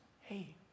hey